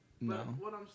No